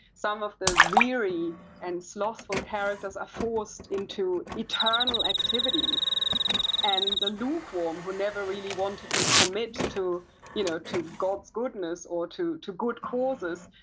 some of the weary and slothful characters forced into eternal activity and, the lukewarm, who never really wanted to commit to you know to god's goodness or to to good causes,